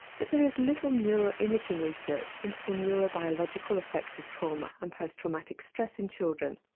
but there is little neuro-imaging research into the neurobiological effects of trauma and post-traumatic stress in children.